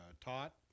taught